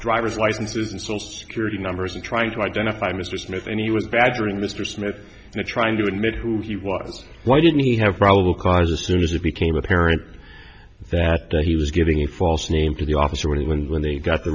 driver's licenses and social security numbers and trying to identify mr smith and he was badgering mr smith and trying to admit who he was why didn't he have probable cause or soon as it became apparent that he was giving a false name to the officer when he learned when they got the